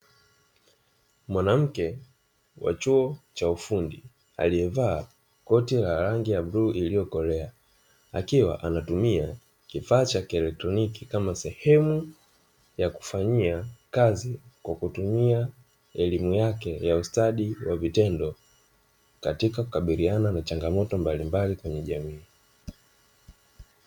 Mwanamke wa chuo cha ufundi aliyevaa koti la rangi ya bluu iliyokolea, akiwa anatumia kifaa cha kilelektroniki kama sehemu ya kufanyia kazi, kwa kutumia elimu yake ya ustadi wa vitendo, katika kukabiliana na changamoto mbalimbali kwenye jamii.